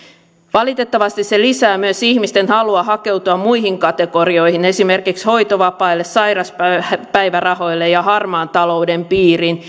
valitettavasti se lisää myös ihmisten halua hakeutua muihin kategorioihin esimerkiksi hoitovapaille sairauspäivärahoille ja harmaan talouden piiriin